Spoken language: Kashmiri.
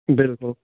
بِلکُل